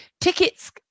Tickets